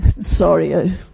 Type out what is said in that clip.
sorry